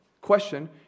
Question